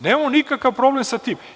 Nemamo nikakav problem sa tim.